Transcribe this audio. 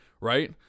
right